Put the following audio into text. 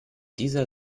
dieser